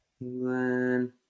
England